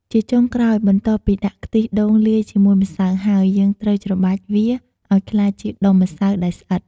ជាចុងក្រោយ បន្ទាប់ពីដាក់ខ្ទិះដូងលាយជាមួយម្សៅហើយ យើងត្រូវច្របាច់វាឲ្យក្លាយជាដុំម្សៅដែលស្អិត។